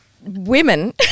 women